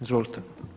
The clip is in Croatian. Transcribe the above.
Izvolite.